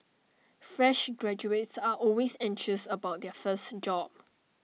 fresh graduates are always anxious about their first job